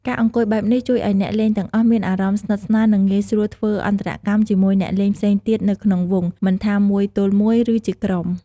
ការអង្គុយបែបនេះជួយឱ្យអ្នកលេងទាំងអស់មានអារម្មណ៍ស្និទ្ធស្នាល និងងាយស្រួលធ្វើអន្តរកម្មជាមួយអ្នកលេងផ្សេងទៀតនៅក្នុងវង់ មិនថាមួយទល់មួយ ឬជាក្រុម។